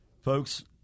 folks